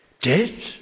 Dead